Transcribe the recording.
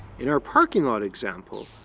in our parking lot example,